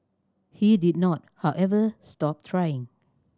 he did not however stop trying